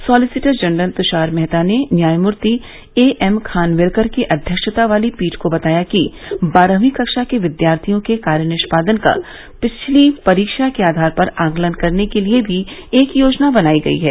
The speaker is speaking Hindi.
सॉलिसिटर जनरल तुषार मेहता ने न्यायमूर्ति एएम खानविलकर की अध्यक्षता वाली पीठ को बताया कि बारहवीं कक्षा के विद्यार्थियों के कार्य निष्पादन का पिछली परीक्षा के आधार पर आकलन करने के लिए भी एक योजना बनायी गई है